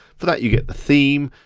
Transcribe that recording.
for that, you get the theme,